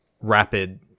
rapid